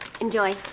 Enjoy